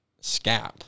SCAP